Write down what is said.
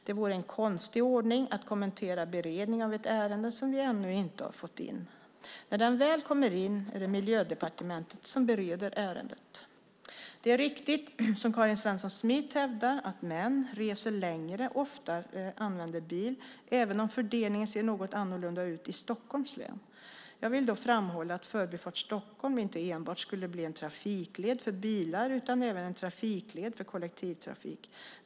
Det vore en konstig ordning att kommentera beredningen av ett ärende som vi ännu inte har fått in. När det väl kommer in är det Miljödepartementet som bereder ärendet. Det är riktigt som Karin Svensson Smith hävdar att män reser längre och oftare använder bil, även om fördelningen ser något annorlunda ut i Stockholms län. Jag vill då framhålla att Förbifart Stockholm inte enbart skulle bli en trafikled för bilar utan även en trafikled för kollektivtrafik.